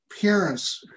parents